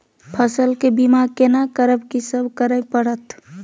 फसल के बीमा केना करब, की सब करय परत?